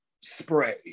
spray